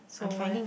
so where